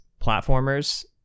platformers